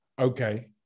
Okay